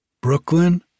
Brooklyn